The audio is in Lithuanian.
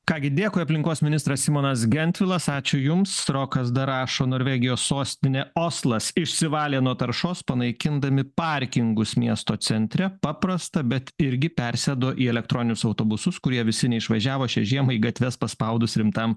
ką gi dėkui aplinkos ministras simonas gentvilas ačiū jums rokas dar rašo norvegijos sostinė oslas išsivalė nuo taršos panaikindami parkingus miesto centre paprasta bet irgi persėdo į elektroninius autobusus kurie visi neišvažiavo šią žiemą į gatves paspaudus rimtam